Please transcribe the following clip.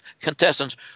contestants